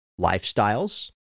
lifestyles